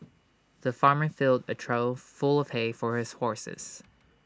the farmer filled A trough full of hay for his horses